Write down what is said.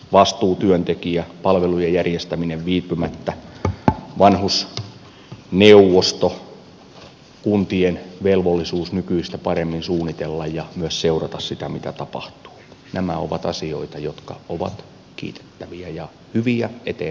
vastuutyöntekijä palvelujen järjestäminen viipymättä vanhusneuvosto kuntien velvollisuus nykyistä paremmin suunnitella ja myös seurata sitä mitä tapahtuu nämä ovat asioita jotka ovat kiitettäviä ja hyviä eteenpäin vietäviksi